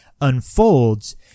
unfolds